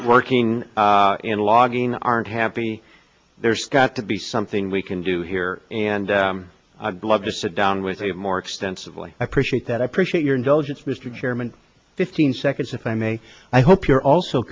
working in logging aren't happy there's got to be something we can do here and i'd love to sit down with a more extensively appreciate that appreciate your indulgence mr chairman fifteen seconds if i may i hope you're also